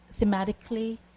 thematically